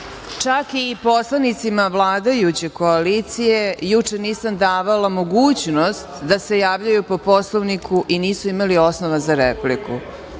čak i poslanicima vladajuće koalicije juče nisam davala mogućnost da se javljaju po Poslovniku i nisu imali osnova za repliku.